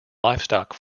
livestock